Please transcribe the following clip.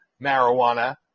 marijuana